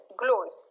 glows